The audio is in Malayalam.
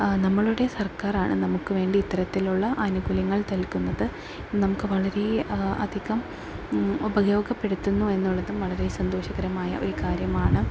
നമ്മളുടെ സർക്കാർ ആണ് നമുക്ക് വേണ്ടി ഇത്തരത്തിലുള്ള ആനുകൂല്യങ്ങൾ നൽകുന്നത് നമുക്ക് വളരെ അധികം ഉപയോഗപ്പെടുത്തുന്നു എന്നുള്ളതും വളരെ സന്തോഷകരമായ ഒരു കാര്യമാണ്